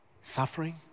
suffering